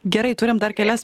gerai turim dar kelias